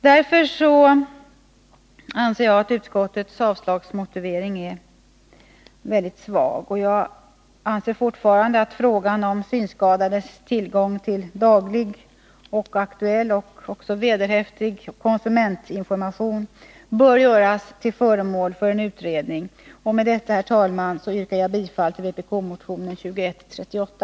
Därför anser jag att utskottets avslagsmotivering är väldigt svag, och jag vidhåller att frågan om de synskadades tillgång till daglig, aktuell och också vederhäftig konsumentinformation bör göras till föremål för en utredning. Med detta, herr talman, yrkar jag bifall till vpk-motionen 2138.